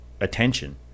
attention